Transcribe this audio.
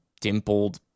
dimpled